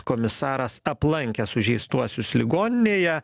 komisaras aplankė sužeistuosius ligoninėje